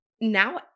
now